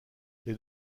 les